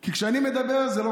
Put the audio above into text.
כי כשאני מדבר על זה,